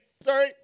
sorry